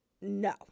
no